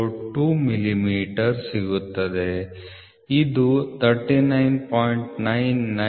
002 millimetre ಸಿಗುತ್ತದೆ ಇದು 39